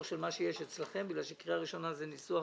של מה שיש אצלכם כי קריאה ראשונה זה ניסוח